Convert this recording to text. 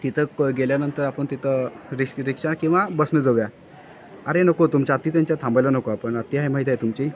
तिथं गेल्यानंतर आपण तिथं रिक्स रिक्षा किंवा बसनं जाऊया अरे नको तुमच्या आत्या त्यांच्यात थांबायला नको आपण आत्या आहे माहिती आहे तुमची